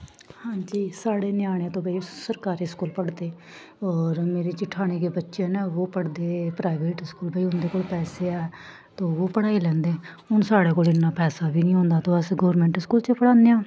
हां जी साढ़े ञ्याने ते भाई सरकारी स्कूल पढ़दे होर मेरे जठानी दे बच्चे न ओह् पढ़दे प्राइवेट स्कूल भाई उं'दे कोल पैसे ऐ ते ओह् पढ़ाई लैंदे हून साढ़े कोल इन्ना पैसा बी निं होंदा ते अस गौरमेंट स्कूल च पढ़ान्ने आं